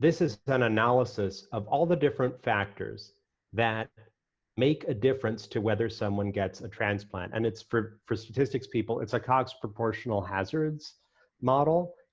this is an analysis of all the different factors that make a difference to whether someone gets a transplant, and it's, for for statistics people it's a cox proportional hazards model,